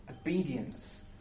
Obedience